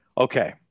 Okay